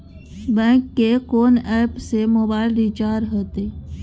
Bank के कोन app से मोबाइल रिचार्ज हेते?